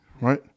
right